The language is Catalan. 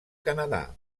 canadà